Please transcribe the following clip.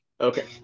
Okay